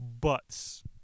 Butts